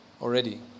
Already